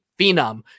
phenom